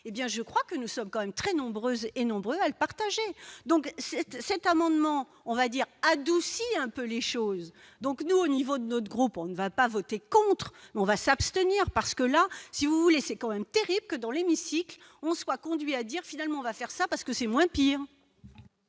même très nombreuses et nombreux à le partager donc cet cet amendement on va dire adoucir un peu les choses, donc nous au niveau de notre groupe, on ne va pas voter contre, mais on va s'abstenir parce que là, si vous voulez, c'est quand même terrible que dans l'hémicycle on soit conduit à dire finalement on va faire ça parce que c'est moins pire.